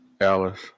Alice